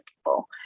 people